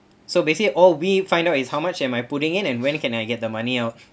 so basically all we find out is how much am I putting in and when can I get the money out